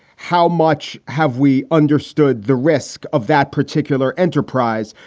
how much have we understood the risk of that particular enterprise?